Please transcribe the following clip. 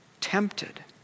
tempted